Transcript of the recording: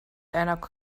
einer